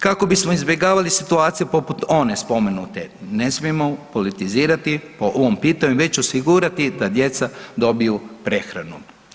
Kako bismo izbjegavali situacije poput one spomenute ne smijemo politizirati po ovom pitanju već osigurati da djeca dobiju prehranu.